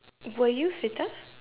were you fitter